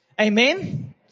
Amen